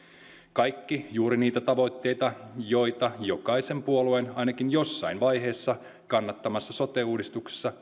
kaikki juuri niitä tavoitteita joita jokaisen puolueen ainakin jossain vaiheessa kannattamassa sote uudistuksessa